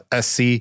SC